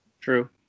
true